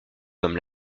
comme